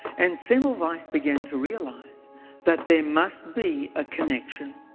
and semmelweis began to realise that there must be a connection.